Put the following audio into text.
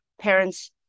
parents